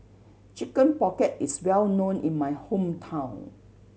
Chicken Pocket is well known in my hometown